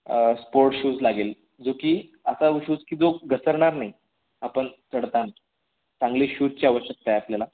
sport shoes लागेल जो की असा शूज की जो घसरणार नाही आपण चढता चांगले शूजची आवश्यकता आहे आपल्याला